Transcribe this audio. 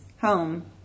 home